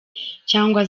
cyangwa